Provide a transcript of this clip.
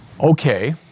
Okay